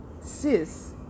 sis